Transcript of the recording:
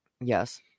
Yes